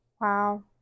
Wow